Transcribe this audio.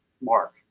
mark